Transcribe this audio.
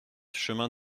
chemin